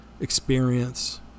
experience